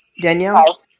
Danielle